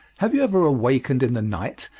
have you ever awakened in the night,